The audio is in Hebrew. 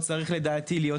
לדעתי,